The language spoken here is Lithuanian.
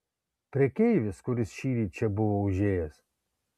prekeivis kuris šįryt čia buvo užėjęs